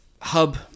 hub